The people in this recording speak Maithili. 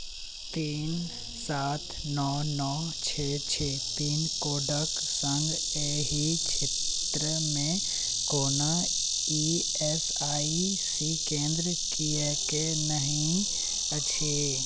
तीन सात नओ नओ छओ छओ पिनकोडके सङ्ग एहि क्षेत्रमे कोनो ई एस आइ सी केन्द्र किएक नहि अछि